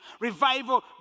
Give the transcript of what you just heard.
Revival